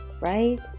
right